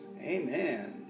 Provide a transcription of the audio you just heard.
Amen